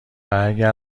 اگر